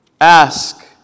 ask